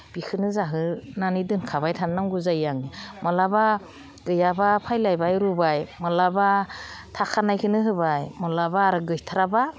बेखौनो जाहोनानै दोनखाबाय थानो नांगौ जायो आं माब्लाबा गैयाबा फैलायबाय रुबाय माब्लाबा थाखानायखौनो होबाय माब्लाबा आरो गैथाराबा